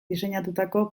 diseinatutako